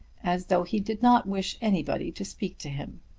as though he did not wish anybody to speak to him.